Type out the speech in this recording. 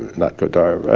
not good,